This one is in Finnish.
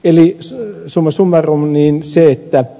eli summa summarum